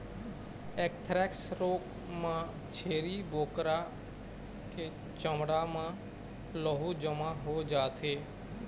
anthrax रोग म छेरी बोकरा के चमड़ा म लहू जमा हो जाथे